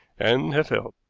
and have failed.